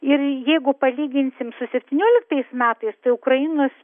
ir jeigu palyginsim su septynioliktais metais tai ukrainos